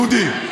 דודי,